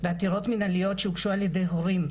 מנהליות שהוגשו על ידי הורים,